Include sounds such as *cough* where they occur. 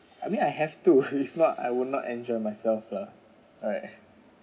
I mean I have to *laughs* if not I will not enjoy myself lah alright